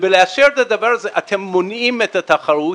בלאשר את הדבר הזה אתם מונעים את התחרות,